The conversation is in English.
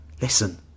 Listen